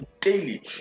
daily